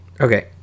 okay